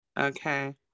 Okay